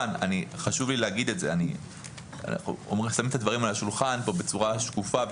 חשוב לי להגיד שאנחנו שמים את הדברים על השולחן בצורה כנה ושקופה,